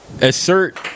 assert